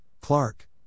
Clark